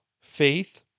faith